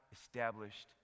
established